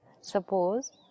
Suppose